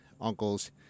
uncles